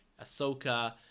Ahsoka